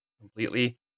completely